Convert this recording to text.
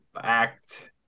act